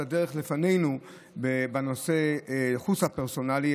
עוד הדרך לפנינו בנושא החוץ-פרסונלי,